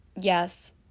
Yes